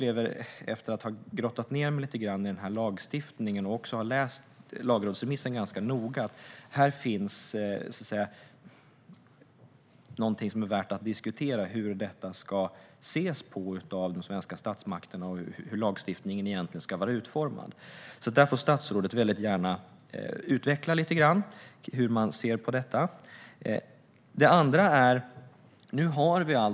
Efter ha grottat ned mig i lagstiftningen och även läst lagrådsremissen ganska noga upplever jag att det är värt att diskutera hur detta ska ses på av de svenska statsmakterna och hur lagstiftningen egentligen ska vara utformad. Statsrådet får gärna utveckla hur man ser på detta. Den andra frågan är följande.